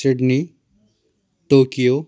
Sydney Tokyo